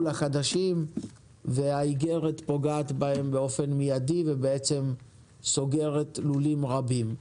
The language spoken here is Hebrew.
החדשים והאיגרת פוגעת בהם באופן מידי וסוגרת לולים רבים.